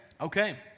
Okay